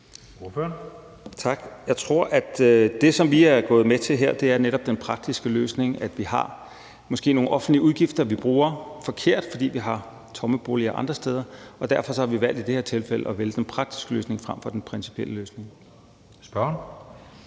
Jørgensen (SF): Tak. Jeg tror, at det, som vi er gået med til her, netop er den praktiske løsning. Vi har måske nogle offentlige udgifter, som vi bruger forkert, fordi vi har tomme boliger andre steder. Derfor har vi valgt i det her tilfælde at vælge den praktiske løsning frem for den principielle løsning. Kl.